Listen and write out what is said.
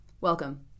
Welcome